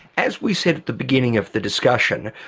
as we said at the beginning of the discussion,